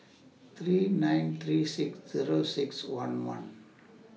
three nine three six Zero six one one